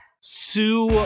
Sue